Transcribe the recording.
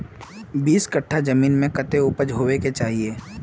बीस कट्ठा जमीन में कितने उपज होबे के चाहिए?